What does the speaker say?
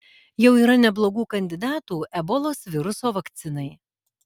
jau yra neblogų kandidatų ebolos viruso vakcinai